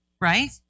right